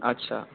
আচ্ছা